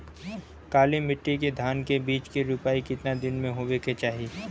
काली मिट्टी के धान के बिज के रूपाई कितना दिन मे होवे के चाही?